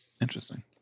Interesting